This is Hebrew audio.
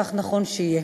כך נכון שיהיה.